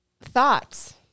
Thoughts